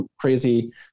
crazy